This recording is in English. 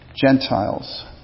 Gentiles